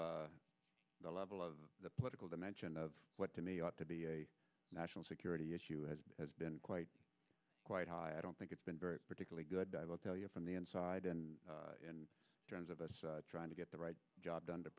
of the level of the political dimension of what to me ought to be a national security issue as has been quite quite high i don't think it's been particularly good i will tell you from the inside and in terms of trying to get the right job done to